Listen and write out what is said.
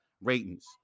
ratings